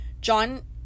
john